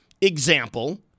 example